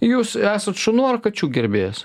jūs esat šunų ar kačių gerbėjas